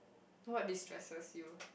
what destresses you